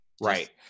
Right